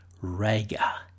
Raga